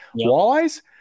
Walleyes